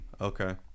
Okay